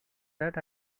that